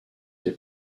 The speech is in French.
des